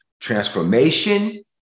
Transformation